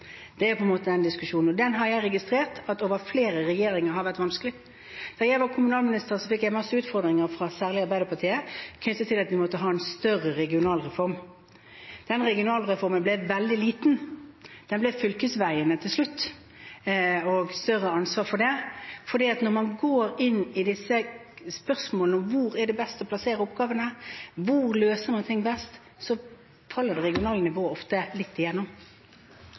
Det er diskusjonen, og den har jeg registrert at har vært vanskelig gjennom flere regjeringer. Da jeg var kommunalminister, fikk jeg mange utfordringer, særlig fra Arbeiderpartiet, knyttet til at vi måtte ha en større regionalreform. Den regionalreformen ble veldig liten, den ble til slutt fylkesveiene og større ansvar for dem. For når man går inn i disse spørsmålene om hvor det er best å plassere oppgavene – hvor løser man ting best – faller det regionale nivået ofte litt igjennom.